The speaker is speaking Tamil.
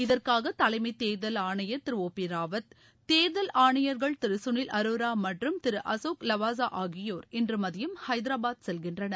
இதற்காக தலைமைத் தேர்தல் ஆணையர் திரு ஓ பி ராவத் தேர்தல் ஆணையர்கள் திரு சுனில் அரோரா மற்றும் திரு அசோக் லவாசா ஆகியோர் இன்று மதியம் ஐதராபாத் செல்கின்றனர்